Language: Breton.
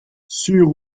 sur